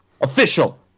Official